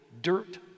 dirt